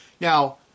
Now